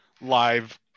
live